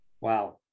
Wow